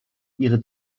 ihre